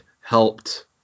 helped